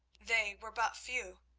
they were but few.